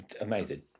amazing